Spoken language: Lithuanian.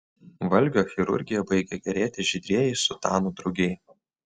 valgio chirurgija baigė gėrėtis žydrieji sutanų drugiai